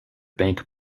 bank